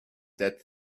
that